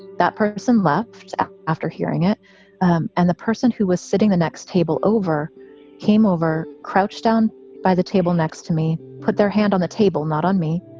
that person left after hearing it and the person who was sitting the next table over came over, crouched down by the table next to me, put their hand on the table, not on me,